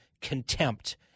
contempt